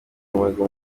umuhigo